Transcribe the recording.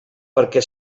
perquè